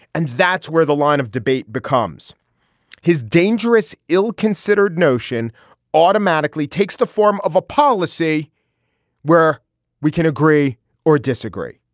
and that's where the line of debate becomes his dangerous ill considered notion automatically takes the form of a policy where we can agree or disagree.